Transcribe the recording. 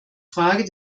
frage